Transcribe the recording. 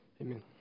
Amen